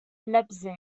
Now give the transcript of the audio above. leipzig